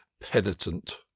penitent